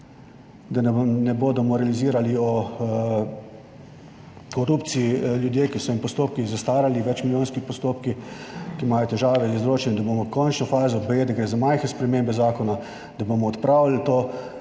da ne bodo moralizirali o korupciji ljudje, ki so jim postopki zastarali, večmilijonski postopki, ki imajo težave z izločanjem, da bomo končno fazo, baje da gre za majhne spremembe zakona, da bomo odpravili to